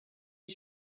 die